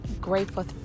grateful